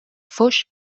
foix